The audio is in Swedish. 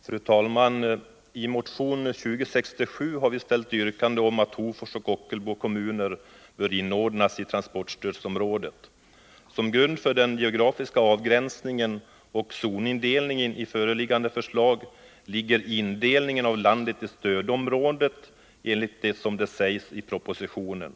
Fru talman! I motion 2067 har vi ställt yrkande om att Hofors och Ockelbo kommuner skall inordnas i transportstödsområdet. Som grund för den geografiska avgränsningen och zonindelningen i föreliggande förslag ligger indelningen av landet i stödområden enligt det som sägs i propositionen.